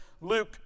Luke